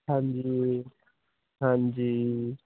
ਹਾਂਜੀ ਜੀ ਹਾਂਜੀ